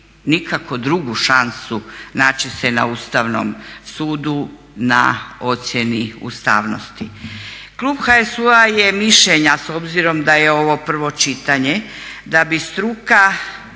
nekakvu drugu šansu naći se na Ustavnom sudu na ocjeni ustavnosti. Klub HSU-a je mišljenja s obzirom da je ovo prvo čitanje, da bi struka